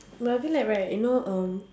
but I feel like right you know erm